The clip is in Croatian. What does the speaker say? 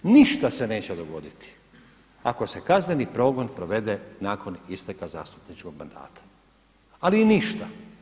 Ništa se neće dogoditi ako se kazneni progon provede nakon isteka zastupničkog mandata, ali ništa.